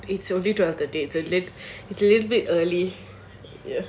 it's only throughout the day it's a little it's a little bit early